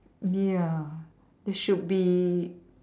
ya it should be